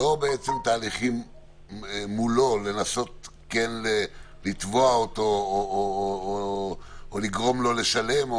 לא תהליכים מולו לנסות כן לתבוע אותו או לגרום לו לשלם?